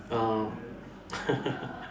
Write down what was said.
uh